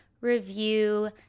review